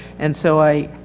and so i.